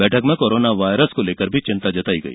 बैठक में corona virus को लेकर भी चिन्ता जताई गई